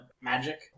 magic